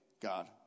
God